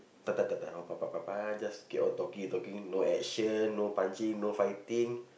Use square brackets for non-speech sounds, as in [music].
[noise] just keep on talking and talking no action no punching no fighting